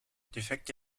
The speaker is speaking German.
defekte